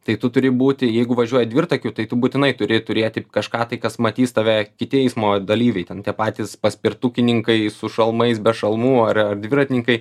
tai tu turi būti jeigu važiuoji dvirtakiu tai tu būtinai turi turėti kažką tai kas matys tave kiti eismo dalyviai ten tie patys paspirtukininkai su šalmais be šalmų ar ar dviratininkai